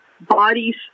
bodies